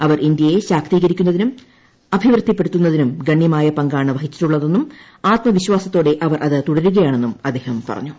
അവർ ഇന്ത്യയെ ശാക്തീകരിക്കുന്നതിനും അഭിവൃദ്ധിപ്പെടുത്തുന്നതിനും ഗണ്യമായ പങ്കാണ് വഹിച്ചിട്ടുള്ളതെന്നും ആത്മവിശ്വാസത്തോടെ അവർ അത് തുടരുകയാണെന്നും അദ്ദേഹം പറഞ്ഞു